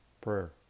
Prayer